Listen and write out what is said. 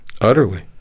Utterly